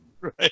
Right